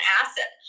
asset